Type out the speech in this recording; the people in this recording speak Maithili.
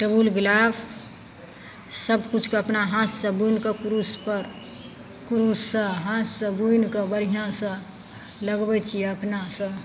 टेबल गिलाफ सब किछुके अपना हाथसँ बुनिके कुरूसपर कुरूससँ हाथसँ बुनिके बढ़िआँसँ लगबय छियै अपना सँ